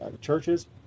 churches